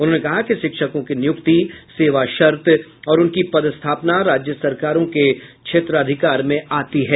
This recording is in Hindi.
उन्होंने कहा कि शिक्षकों की नियुक्ति सेवा शर्त और उनकी पदस्थापना राज्य सरकारों के क्षेत्राधिकार में आती है